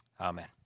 Amen